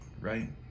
right